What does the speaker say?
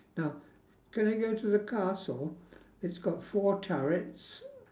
now can I go to the castle it's got four turrets